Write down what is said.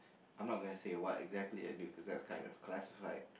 I'm not going to say what exactly I do cause that kind of classified